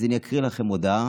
אז אני אקריא לכם הודעה